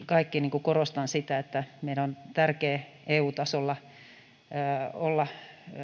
kaikki korostan sitä että meidän on tärkeää eu tasolla olla